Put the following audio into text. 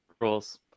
rules